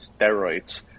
steroids